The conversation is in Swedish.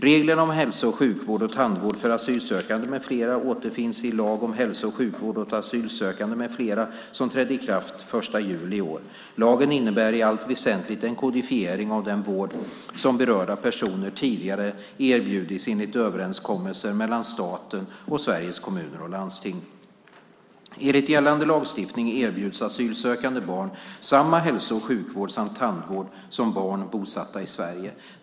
Reglerna om hälso och sjukvård och tandvård för asylsökande med flera återfinns i lagen om hälso och sjukvård åt asylsökande med flera som trädde i kraft den 1 juli i år. Lagen innebär i allt väsentligt en kodifiering av den vård som berörda personer tidigare erbjudits enligt överenskommelser mellan staten och Sveriges Kommuner och Landsting. Enligt gällande lagstiftning erbjuds asylsökande barn samma hälso och sjukvård samt tandvård som barn bosatta i Sverige.